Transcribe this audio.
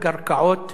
הנורא הזה.